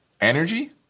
Energy